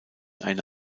eine